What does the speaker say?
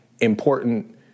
important